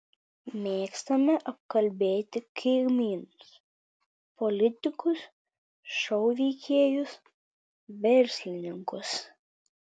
mėgstame apkalbėti kaimynus politikus šou veikėjus verslininkus